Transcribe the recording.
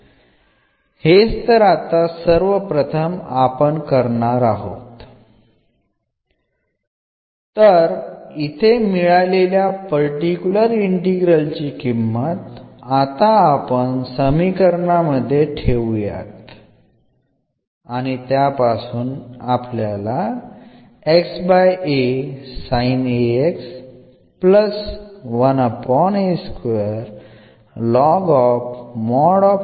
അതിനാൽ ഇത് നമുക്ക് ഇവിടെ ലഭിച്ചതിന്റെ ലളിതവൽക്കരണം മാത്രമാണ് 1a2ln | cos ax | cos ax